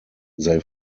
they